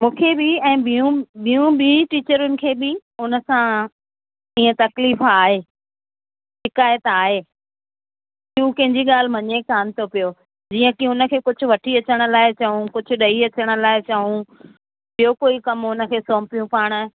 मूंखे बि ऐं ॿियूंम ॿियूं बि टीचरुनि खे बि उन सां ईअं तकलीफ़ आहे शिकाइत आहे के हू कंहिंजी ॻाल्हि मञे कोन्ह थो पियो जीअं की हुनखे कुझु वठी अचण लाइ चऊं कुझु ॾई अचण लाइ चऊं ॿियो कोई कमु हुन खे सौंपियूं पाण